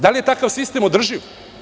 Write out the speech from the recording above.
Da li je takav sistem održiv?